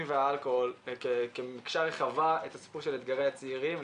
והאלכוהול כמקשה רחבה את הסיפור של אתגרי הצעירים.